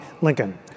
Lincoln